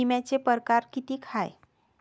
बिम्याचे परकार कितीक हाय?